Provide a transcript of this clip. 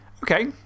Okay